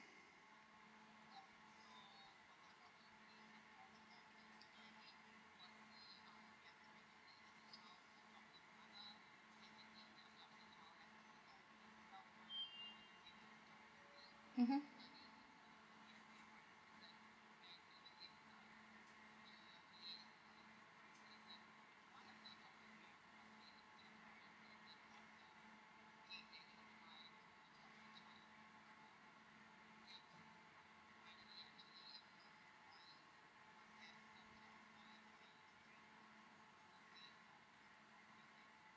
mmhmm